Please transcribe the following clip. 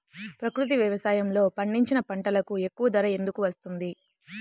ప్రకృతి వ్యవసాయములో పండించిన పంటలకు ఎక్కువ ధర ఎందుకు వస్తుంది?